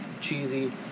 cheesy